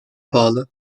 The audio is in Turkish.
pahalı